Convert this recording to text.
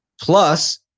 plus